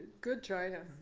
good china.